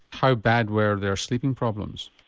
how bad were their sleeping problems?